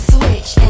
Switch